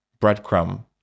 breadcrumb